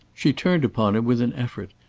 she turned upon him with an effort,